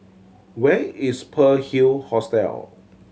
where is Pearl Hill Hostel